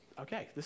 Okay